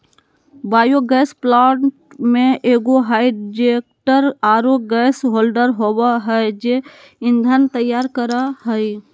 biogas plant में एगो digester आरो गैस होल्डर होबा है जे ईंधन तैयार करा हइ